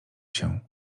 się